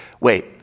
wait